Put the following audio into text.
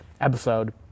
episode